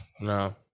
No